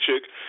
chick